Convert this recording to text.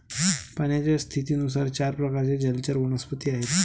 पाण्याच्या स्थितीनुसार चार प्रकारचे जलचर वनस्पती आहेत